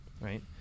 right